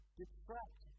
distract